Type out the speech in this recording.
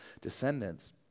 descendants